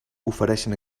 ofereixen